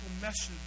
message